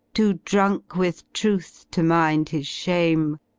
too drunk with truth to mind his shame,